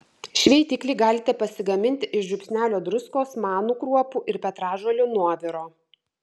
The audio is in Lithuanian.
šveitiklį galite pasigaminti iš žiupsnelio druskos manų kruopų ir petražolių nuoviro